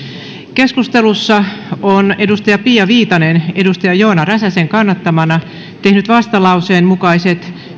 keskustelussa on pia viitanen joona räsäsen kannattamana tehnyt vastalauseen mukaiset